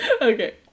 Okay